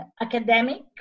academic